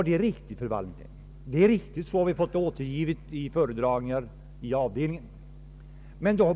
Det är riktigt, fru Wallentheim, som vi fått det återgivet vid föredragningar inför avdelningen i utskottet.